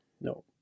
no